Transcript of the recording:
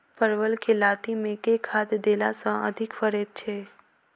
परवल केँ लाती मे केँ खाद्य देला सँ अधिक फरैत छै?